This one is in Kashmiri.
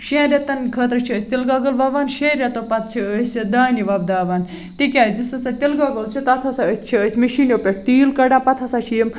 شیٚن رٮ۪تَن خٲطرٕ چھِ أسۍ تِلہٕ گۄگُل وۄوان شیٚیہِ رٮ۪تو پَتہٕ چھِ أسۍ دانہِ وۄپداوان تِکیازِ یُس ہسا تِلہٕ گۄگُل چھُ تَتھ ہسا چھِ أسۍ مِشیٖنیو پٮ۪ٹھ تیٖل کَڑان پَتہٕ ہسا چھِ یِم